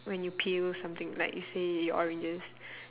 when you peel something like you say oranges